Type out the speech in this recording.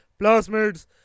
plasmids